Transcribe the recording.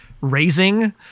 raising